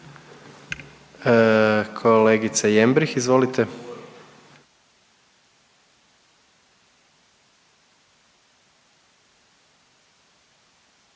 Kolegice Jembrih, izvolite.